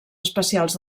especials